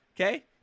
okay